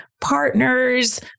partners